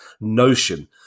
Notion